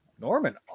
norman